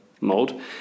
mode